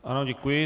Ano, děkuji.